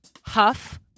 huff